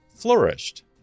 flourished